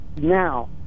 now